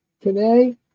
Today